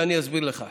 ואסביר לך.